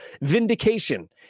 vindication